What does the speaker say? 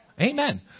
Amen